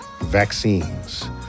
Vaccines